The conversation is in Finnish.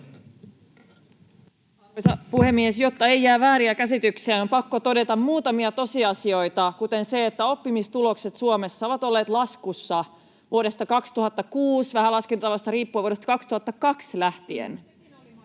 Arvoisa puhemies! Jotta ei jää vääriä käsityksiä, niin on pakko todeta muutamia tosiasioita, kuten se, että oppimistulokset Suomessa ovat olleet laskussa vuodesta 2006, vähän laskentatavasta riippuen vuodesta 2002 lähtien.